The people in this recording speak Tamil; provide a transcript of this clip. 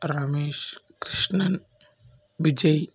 ரமேஷ் கிருஷ்ணன் விஜய்